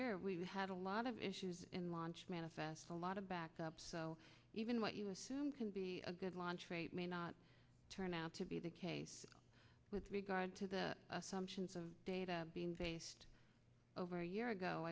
year we had a lot of issues in launch manifest a lot of back up so even what you assume can be a good launch rate may not turn out to be the case with regard to the assumptions of data being based over a year ago